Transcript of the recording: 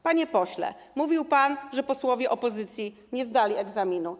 Panie pośle, mówił pan, że posłowie opozycji nie zdali egzaminu.